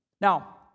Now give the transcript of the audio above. Now